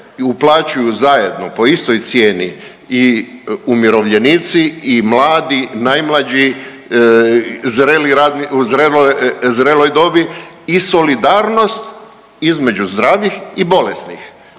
uplaćuju zajedno po istoj cijeni i umirovljenici i mladi, najmlađi, zreli u zreloj dobi i solidarnost između zdravih i bolesnih.